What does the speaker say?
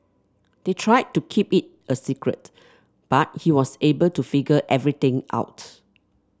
they tried to keep it a secret but he was able to figure everything out